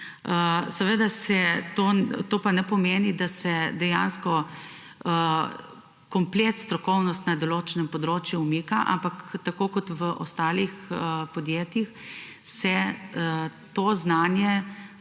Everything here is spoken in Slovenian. dela. To pa ne pomeni, da se dejansko vsa strokovnost na določenem področju umika, ampak se tako kot v ostalih podjetjih to znanje